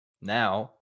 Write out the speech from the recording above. now